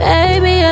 Baby